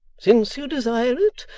since you desire it,